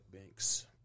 banks